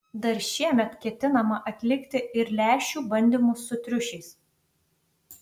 dar šiemet ketinama atlikti ir lęšių bandymus su triušiais